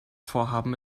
vorhaben